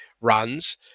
runs